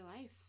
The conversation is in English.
life